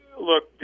look